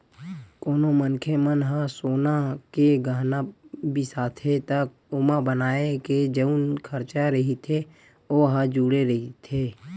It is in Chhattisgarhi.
कोनो मनखे मन ह सोना के गहना बिसाथे त ओमा बनाए के जउन खरचा रहिथे ओ ह जुड़े रहिथे